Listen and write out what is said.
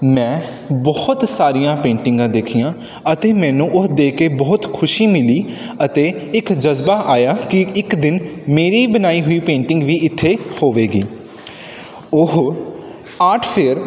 ਮੈਂ ਬਹੁਤ ਸਾਰੀਆਂ ਪੇਂਟਿੰਗਾਂ ਦੇਖੀਆਂ ਅਤੇ ਮੈਨੂੰ ਉਹ ਦੇ ਕੇ ਬਹੁਤ ਖੁਸ਼ੀ ਮਿਲੀ ਅਤੇ ਇੱਕ ਜਜ਼ਬਾ ਆਇਆ ਕਿ ਇੱਕ ਦਿਨ ਮੇਰੀ ਬਣਾਈ ਹੋਈ ਪੇਂਟਿੰਗ ਵੀ ਇੱਥੇ ਹੋਵੇਗੀ ਉਹ ਆਰਟ ਫੇਅਰ